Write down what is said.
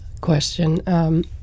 question